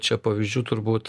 čia pavyzdžių turbūt